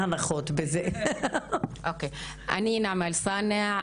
אני נעמה אלצאנע,